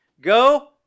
Go